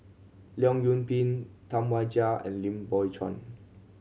Leong Yoon Pin Tam Wai Jia and Lim Biow Chuan